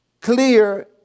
clear